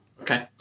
Okay